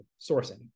sourcing